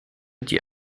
die